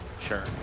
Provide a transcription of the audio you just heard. Sure